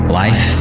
life